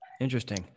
Interesting